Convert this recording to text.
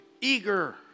eager